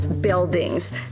buildings